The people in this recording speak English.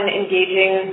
engaging